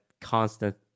constant